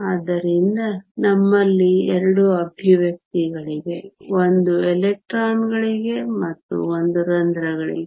ಆದ್ದರಿಂದ ನಮ್ಮಲ್ಲಿ ಎರಡು ಎಕ್ಸ್ಪ್ರೆಶನ್ ಗಳಿವೆ ಒಂದು ಎಲೆಕ್ಟ್ರಾನ್ಗಳಿಗೆ ಮತ್ತು ಒಂದು ರಂಧ್ರಗಳಿಗೆ